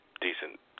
decent